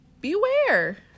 beware